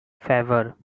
faber